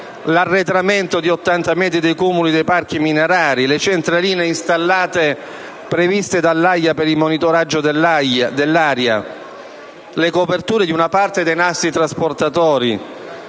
l'arretramento di 80 metri dei cumuli dei parchi minerari, le centraline installate previste dall'AIA per il monitoraggio dell'aria, le coperture di una parte dei nastri trasportatori.